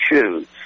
choose